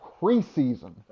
preseason